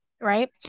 Right